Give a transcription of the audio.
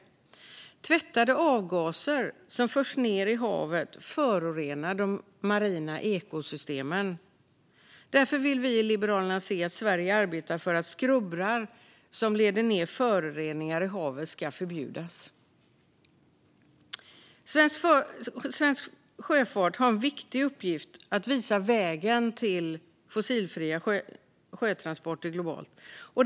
Tvättade avgaser som förs ned i havet förorenar de marina ekosystemen. Därför vill vi i Liberalerna se att Sverige arbetar för att skrubbrar som leder ned föroreningar i havet ska förbjudas. Svensk sjöfart har en viktig uppgift att visa vägen till fossilfria sjötransporter globalt.